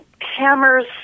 Hammer's